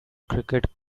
cricket